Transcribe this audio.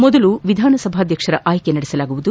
ಮೊದಲು ವಿಧಾನಸಭಾ ಅಧ್ಯಕ್ಷರ ಆಯ್ಲೆ ನಡೆಸಲಾಗುವುದು